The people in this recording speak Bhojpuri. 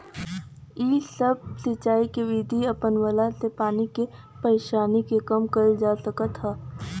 इ सब सिंचाई के विधि अपनवला से पानी के परेशानी के कम कईल जा सकत बाटे